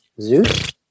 Zeus